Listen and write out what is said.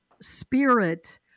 spirit